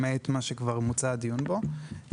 למעט מה שכבר מוצה הדיון בו.